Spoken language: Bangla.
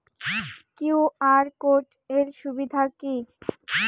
কিউ.আর কোড এর সুবিধা কি?